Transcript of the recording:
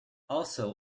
also